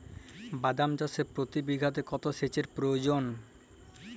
বাদাম চাষে প্রতি বিঘাতে কত সেচের প্রয়োজন?